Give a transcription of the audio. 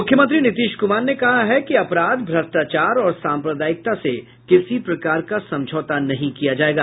मुख्यमंत्री नीतीश कुमार ने कहा कि अपराध भ्रष्टाचार और साम्प्रदायिकता से किसी प्रकार समझौता नहीं किया जायेगा